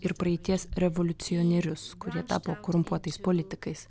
ir praeities revoliucionierius kurie tapo korumpuotais politikais